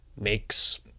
makes